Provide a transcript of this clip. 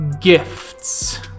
gifts